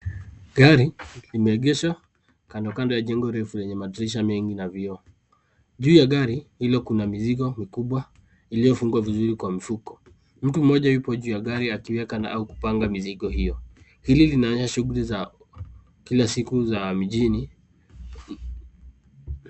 Garil imeegeshwa kando kando ya jemgo refu lenye madirisha mengi n vioo. Juu ya gari hilo kuna mizigo mikubwa iliyofungua vizuri kwa mifuko. Mtu mmoja yuko juu ya gari akiweka na au kupanga mizigo hiyo. Hili linaonyesha shughuli za kila siku za mjini.